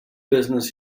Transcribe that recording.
business